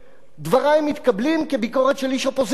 דברי מתקבלים כביקורת של איש אופוזיציה.